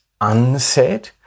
unsaid